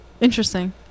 interesting